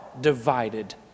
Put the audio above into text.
divided